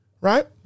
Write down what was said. Right